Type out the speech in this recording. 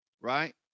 right